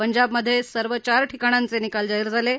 पंजाबमधे सर्व चार ठिकाणाचे निकाल जाहीर झाले आहेत